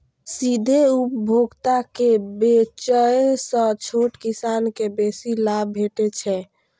सीधे उपभोक्ता के बेचय सं छोट किसान कें बेसी लाभ भेटै छै